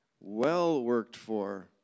well-worked-for